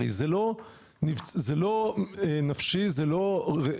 הרי זה לא נפשי, זה לא רפואי.